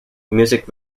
music